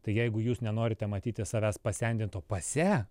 tai jeigu jūs nenorite matyti savęs pasendinto pase